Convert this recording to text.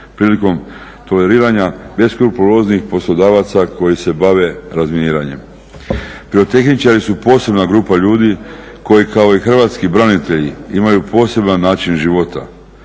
prilikom toleriranja beskrupuloznih poslodavaca koji se bave razminiranjem. Pirotehničari su posebna grupa ljudi koji kao i hrvatski branitelji imaju poseban način života.